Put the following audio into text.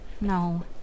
No